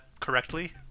correctly